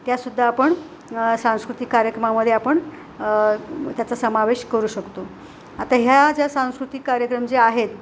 त्यासुद्धा आपण सांस्कृतिक कार्यक्रमामध्ये आपण त्याचा समावेश करू शकतो आता ह्या ज्या सांस्कृतिक कार्यक्रम जे आहेत